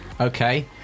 Okay